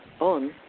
on